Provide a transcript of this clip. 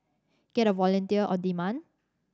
get a volunteer on demand